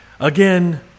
Again